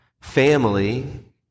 family